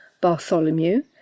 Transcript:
Bartholomew